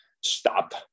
stop